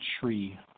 tree